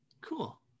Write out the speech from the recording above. cool